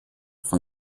von